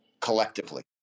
collectively